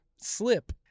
slip